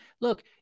Look